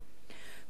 כמו כן,